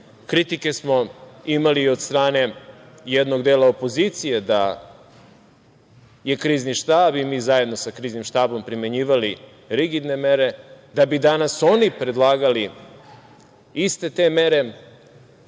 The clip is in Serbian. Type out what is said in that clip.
Kritike smo imali i od strane jednog dela opozicije da je Krizni štab i mi zajedno sa Kriznim štabom primenjivali rigidne mere da bi danas oni predlagali iste te mere.